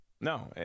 no